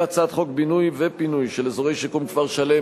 בהצעת חוק בינוי ופינוי של אזורי שיקום (כפר-שלם),